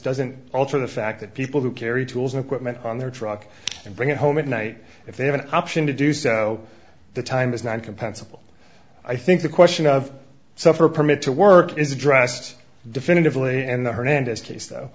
doesn't alter the fact that people who carry tools and equipment on their truck and bring it home at night if they have an option to do so the time is not compensable i think the question of so for a permit to work is addressed definitively and the hernandez case though